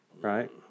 right